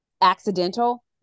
accidental